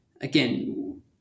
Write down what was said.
Again